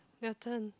your turn